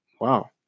Wow